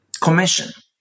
commission